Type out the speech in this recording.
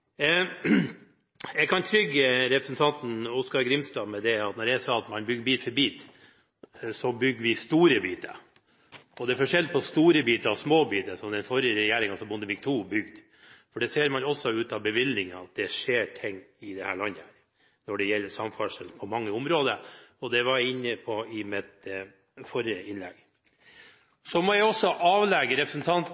Jeg kan forsikre representanten Oskar Grimstad at når vi, som jeg sa, bygger bit for bit, så bygger vi store biter. Det er forskjell på store biter og små biter, som den forrige regjeringen, Bondevik II, bygde. Man ser også av bevilgningene at det skjer ting i dette landet på mange områder når det gjelder samferdsel, og det var jeg inne på i mitt forrige